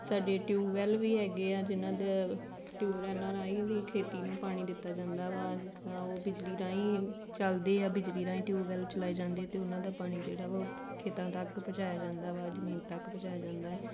ਸਾਡੇ ਟਿਊਬਵੈੱਲ ਵੀ ਹੈਗੇ ਆ ਜਿਹਨਾਂ ਦੇ ਟਿਊਬ ਲੈਨਾਂ ਰਾਹੀਂ ਵੀ ਖੇਤੀ ਨੂੰ ਪਾਣੀ ਦਿੱਤਾ ਜਾਂਦਾ ਵਾ ਜਿਸ ਤਰ੍ਹਾਂ ਉਹ ਬਿਜਲੀ ਰਾਹੀਂ ਚੱਲਦੇ ਆ ਬਿਜਲੀ ਰਾਹੀਂ ਟਿਊਬਵੈੱਲ ਚਲਾਏ ਜਾਂਦੇ ਅਤੇ ਉਹਨਾਂ ਦਾ ਪਾਣੀ ਜਿਹੜਾ ਵਾ ਉਹ ਖੇਤਾਂ ਤੱਕ ਪਹੁੰਚਾਇਆ ਜਾਂਦਾ ਵਾ ਜ਼ਮੀਨ ਤੱਕ ਪਹੁੰਚਾਇਆ ਜਾਂਦਾ